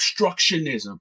obstructionism